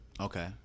Okay